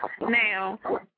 Now